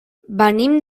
venim